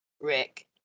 Rick